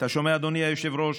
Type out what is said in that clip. אתה שומע, אדוני היושב-ראש?